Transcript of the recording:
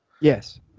Yes